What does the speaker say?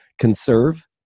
conserve